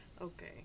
Okay